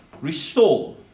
restore